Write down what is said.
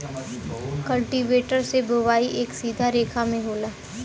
cultivator से बोवाई एक सीधा रेखा में होला